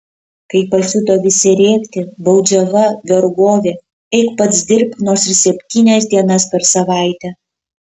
kai pasiuto visi rėkti baudžiava vergovė eik pats dirbk nors ir septynias dienas per savaitę